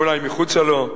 אולי מחוצה לו: